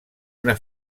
una